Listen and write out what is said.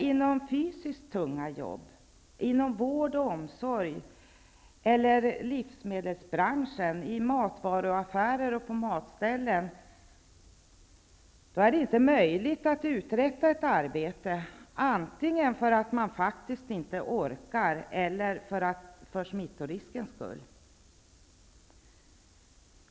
Inom fysiskt tunga jobb, inom vård och omsorg eller inom livsmedelsbranschen, i matvaruaffärer och på matställen, är det däremot inte möjligt att uträtta ett arbete om man är litet sjuk, antingen därför att man faktiskt inte orkar eller på grund av smittorisken.